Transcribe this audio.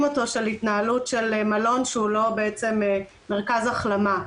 אותו של התנהלות של מלון שהוא לא בעצם מרכז החלמה,